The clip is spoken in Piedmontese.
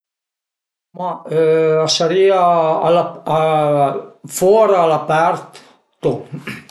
Ma a sarìa al fora a l'apert-to